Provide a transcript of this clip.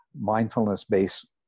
mindfulness-based